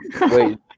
Wait